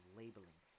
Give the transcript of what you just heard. labeling